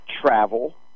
Travel